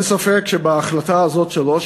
אין ספק שבהחלטה הזו שלו,